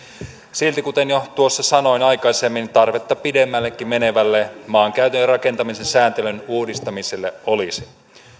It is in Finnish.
silti kuten jo tuossa sanoin aikaisemmin tarvetta pidemmällekin menevälle maankäytön ja rakentamisen sääntelyn uudistamiselle olisi